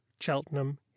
cheltenham